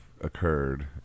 occurred